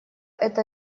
это